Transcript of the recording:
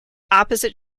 opposite